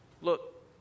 Look